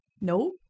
No